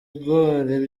ibigori